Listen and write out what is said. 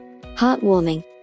Heartwarming